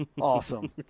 Awesome